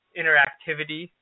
interactivity